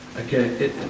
Okay